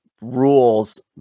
rules